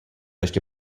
ještě